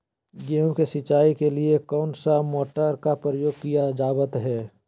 गेहूं के सिंचाई के लिए कौन सा मोटर का प्रयोग किया जावत है?